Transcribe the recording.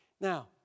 Now